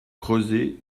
creuser